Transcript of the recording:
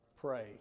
pray